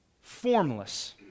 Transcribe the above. Formless